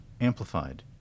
amplified